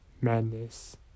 madness